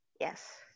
Yes